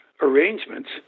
arrangements